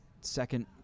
second